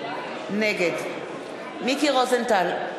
נגד מיקי רוזנטל,